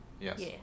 Yes